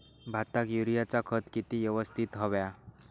भाताक युरियाचा खत किती यवस्तित हव्या?